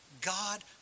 God